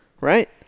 Right